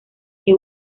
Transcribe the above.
que